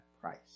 price